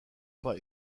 pas